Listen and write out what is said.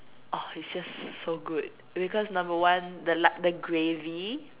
oh it's just so good because number one the Lak~ the gravy